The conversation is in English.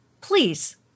please